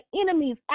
enemies